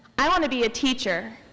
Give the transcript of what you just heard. i want to be a teacher,